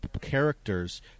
characters